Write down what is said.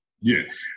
Yes